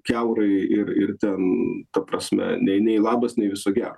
kiaurai ir ir ten ta prasme nei nei labas nei viso gero